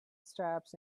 straps